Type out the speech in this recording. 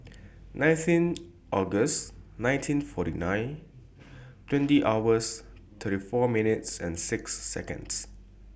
nineteen August nineteen forty nine twenty hours thirty four minutes six Seconds